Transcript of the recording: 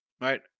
Right